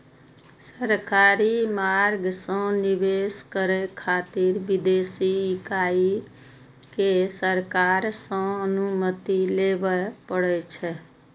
सरकारी मार्ग सं निवेश करै खातिर विदेशी इकाई कें सरकार सं अनुमति लेबय पड़ै छै